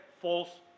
false